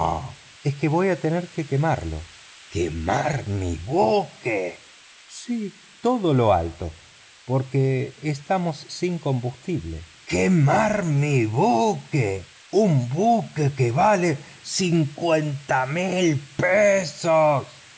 es que voy a tener que quemarlo quemar mi buque sí todo lo alto porque estamos sin combustible quemar mi buque un buque que vale cincuenta mil